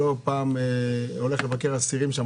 לא פעם הולך לבקר אסירים שם,